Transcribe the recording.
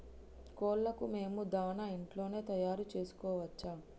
కోళ్లకు మేము దాణా ఇంట్లోనే తయారు చేసుకోవచ్చా?